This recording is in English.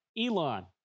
Elon